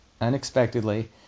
unexpectedly